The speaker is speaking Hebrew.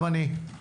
גם אני.